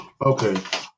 Okay